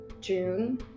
june